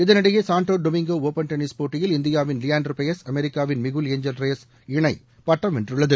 இதனிடையே Santo Domingo open tennis போட்டியில் இந்தியாவின் லியாண்டர் பயஸ் அமெரிக்காவின் மிகுல் ஏஞ்சல் ரெயஸ் இணை பட்டம் வென்றுள்ளது